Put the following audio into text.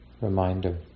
reminder